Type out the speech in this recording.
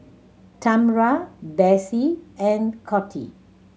Tambra Bessie and Coty